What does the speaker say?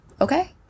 okay